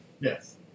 Yes